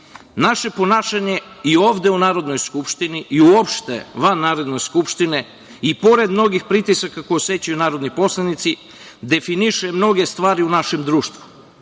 ponašanje i ovde u Narodnoj skupštini i uopšte van Narodne skupštine, pored mnogih pritisaka koje osećaju narodni poslanici, definišu mnoge stvari u našem društvu.